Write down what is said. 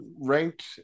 ranked